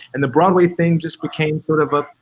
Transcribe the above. and the broadway thing just became sort of a,